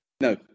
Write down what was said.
No